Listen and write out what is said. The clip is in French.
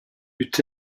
eut